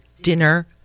dinner